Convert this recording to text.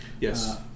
Yes